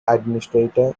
administrator